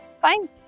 Fine